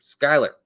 Skyler